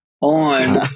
on